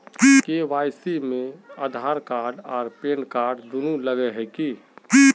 KYC में Aadhaar card आर PAN card दुनू लगे है की?